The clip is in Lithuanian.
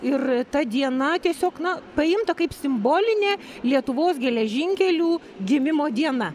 ir ta diena tiesiog na paimta kaip simbolinė lietuvos geležinkelių gimimo diena